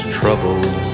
troubled